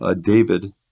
david